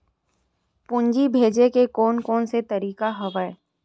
पूंजी भेजे के कोन कोन से तरीका हवय?